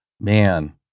Man